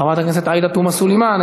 חברת הכנסת עאידה תומא סלימאן,